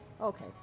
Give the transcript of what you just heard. okay